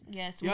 yes